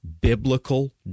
Biblical